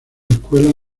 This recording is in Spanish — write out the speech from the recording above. escuelas